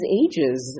ages